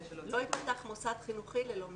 לא ייפתח מוסד חינוכי ללא מנהל.